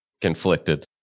conflicted